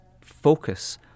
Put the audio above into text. focus